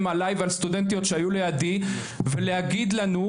עליי ועל סטודנטיות שהיו לידי ולהגיד לנו,